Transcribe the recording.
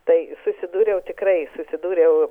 tai susidūriau tikrai susidūriau